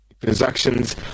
transactions